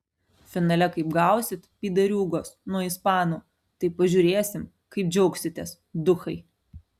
finale kaip gausit pydariūgos nuo ispanų tai pažiūrėsim kaip džiaugsitės duchai